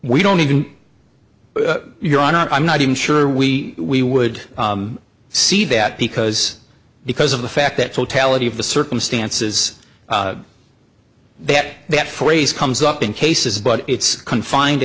we don't even your honor i'm not even sure we we would see that because because of the fact that totality of the circumstances that that phrase comes up in cases but it's confined